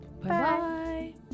bye